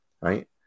right